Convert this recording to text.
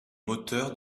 moteur